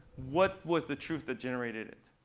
what was the truth that generated it.